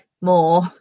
more